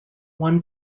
one